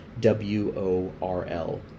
W-O-R-L